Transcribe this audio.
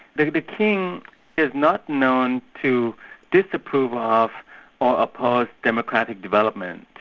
but but king is not known to disapprove of or oppose democratic development.